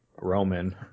Roman